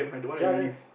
ya ya